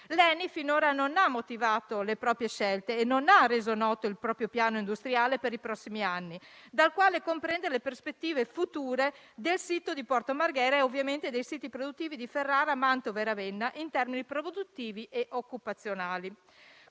L'ENI finora non ha motivato le proprie scelte e non ha reso noto il proprio piano industriale per i prossimi anni, dal quale comprendere le prospettive future del sito di Porto Marghera e dei siti produttivi di Ferrara, Mantova e Ravenna in termini produttivi e occupazionali.